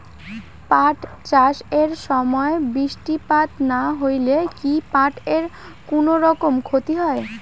পাট চাষ এর সময় বৃষ্টিপাত না হইলে কি পাট এর কুনোরকম ক্ষতি হয়?